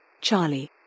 Charlie